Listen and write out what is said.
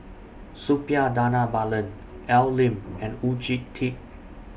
Suppiah Dhanabalan Al Lim and Oon Jin Teik